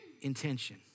intention